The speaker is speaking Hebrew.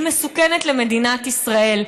היא מסוכנת למדינת ישראל.